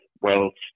whilst